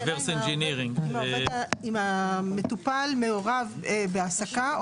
השאלה היא האם המטופל מעורב בהעסקה,